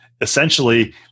essentially